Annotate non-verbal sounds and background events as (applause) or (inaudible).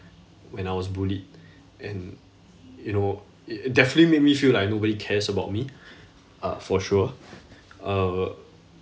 when I was bullied (breath) and you know it definitely made me feel like nobody cares about me (breath) uh for sure uh